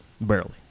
barely